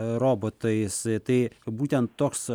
robotais tai būtent toks